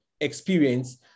experience